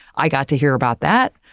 i got to hear about that.